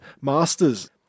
masters